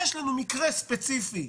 יש לנו מקרה ספציפי,